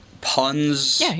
puns